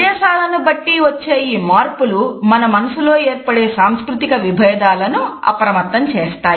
ప్రదేశాలను బట్టి వచ్చే ఈ మార్పులు మన మనసులో ఏర్పడే సాంస్కృతిక విభేదాలను అప్రమత్తం చేస్తాయి